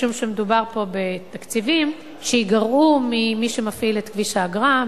כיוון שמדובר פה בתקציבים שייגרעו ממי שמפעיל את כביש האגרה,